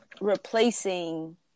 replacing